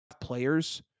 players